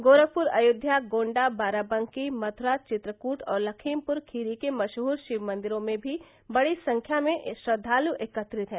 गोरखपुर अयोध्या गोण्डा बाराबंकी मथुरा चित्रकूट और लखीमपुर खीरी के मशहूर शिव मंदिरों में भी बड़ी संख्या में श्रद्वालु एकत्रित हैं